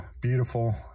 beautiful